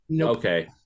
Okay